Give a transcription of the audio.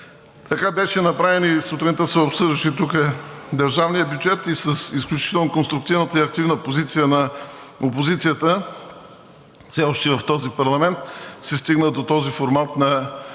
както беше направен и сутринта тук се обсъждаше държавният бюджет и с изключително конструктивната и активна позиция на опозицията, все още в този парламент, се стигна до този формат и